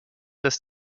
dass